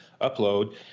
upload